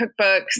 cookbooks